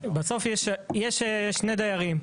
בסוף יש שני דיירים,